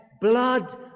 Blood